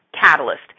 catalyst